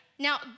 Now